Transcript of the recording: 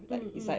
mm mm